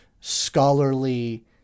scholarly